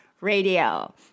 Radio